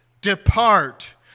Depart